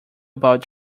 about